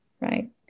right